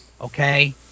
Okay